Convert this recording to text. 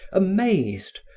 amazed,